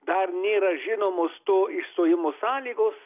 dar nėra žinomos to išstojimo sąlygos